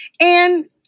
and-